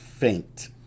faint